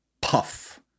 puff